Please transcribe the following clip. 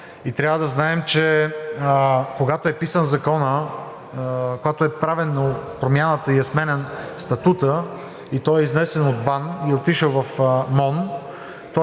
Трябва да знаем, че когато е писан Законът, когато е правена промяната и е сменян статутът, и той е изнесен от БАН, и е отишъл в